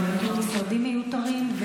אבל בוטלו משרדים מיותרים,